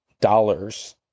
dollars